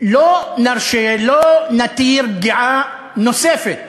לא נרשה, לא נתיר פגיעה נוספת